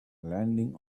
landing